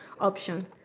option